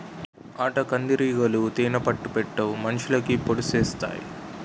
ఆటకందిరీగలు తేనే పట్టు పెట్టవు మనుషులకి పొడిసెత్తాయి